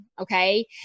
Okay